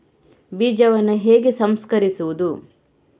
ಬೀಜವನ್ನು ಹೇಗೆ ಸಂಸ್ಕರಿಸುವುದು?